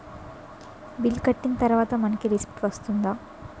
Bill కట్టిన తర్వాత మనకి రిసీప్ట్ వస్తుందా?